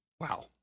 Wow